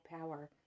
power